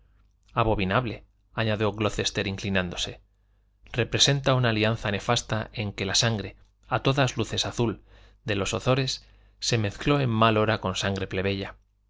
barón tronado abominable añadió glocester inclinándose representa una alianza nefasta en que la sangre a todas luces azul de los ozores se mezcló en mal hora con sangre plebeya